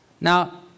Now